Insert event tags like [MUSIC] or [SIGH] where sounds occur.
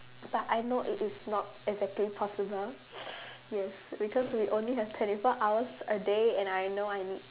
but I know it is not exactly possible [NOISE] yes because we only have twenty four hours a day and I know I need